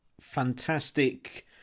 fantastic